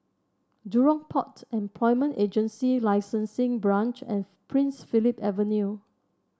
Jurong Port Employment Agency Licensing Branch and Prince Philip Avenue